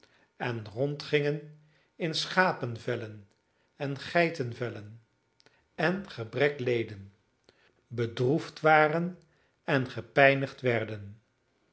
en rondgingen in schapenvellen en geitenvellen en gebrek leden bedroefd waren en gepijnigd werden